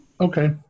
Okay